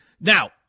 Now